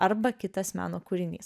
arba kitas meno kūrinys